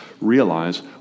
realize